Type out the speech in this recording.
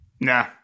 Nah